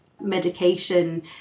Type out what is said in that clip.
medication